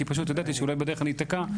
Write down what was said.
כי פשוט ידעתי שאולי בדרך אני אתקע.